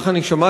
כך אני שמעתי,